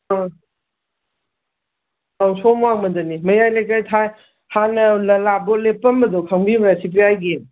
ꯑ ꯑꯧ ꯁꯣꯝ ꯋꯥꯡꯃꯗꯅꯤ ꯃꯌꯥꯏ ꯂꯩꯀꯥꯏ ꯍꯥꯟꯅ ꯂꯂꯥ ꯚꯣꯠ ꯂꯦꯞꯄꯝꯕꯗꯨ ꯈꯪꯕꯤꯕ꯭ꯔ ꯁꯤ ꯄꯤ ꯑꯥꯏꯒꯤ